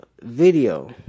video